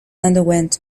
underwent